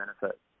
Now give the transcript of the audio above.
benefit